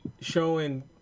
showing